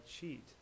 cheat